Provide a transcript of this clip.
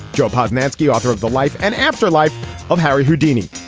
joe posnanski, author of the life and afterlife of harry houdini